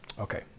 Okay